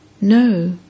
No